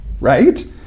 Right